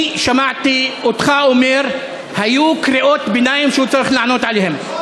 אני שמעתי אותך אומר: היו קריאות ביניים שהוא צריך לענות עליהן.